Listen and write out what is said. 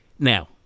Now